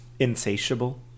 Insatiable